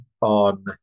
on